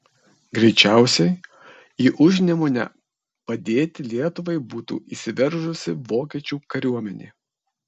greičiausiai į užnemunę padėti lietuvai būtų įsiveržusi vokiečių kariuomenė